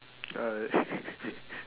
uh